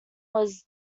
was